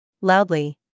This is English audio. Loudly